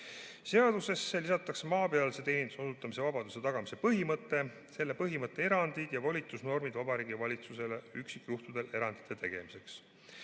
Seadusesse lisatakse maapealse teeninduse osutamise vabaduse tagamise põhimõte, selle põhimõtte erandid ja volitusnormid Vabariigi Valitsusele üksikjuhtudel erandite tegemiseks.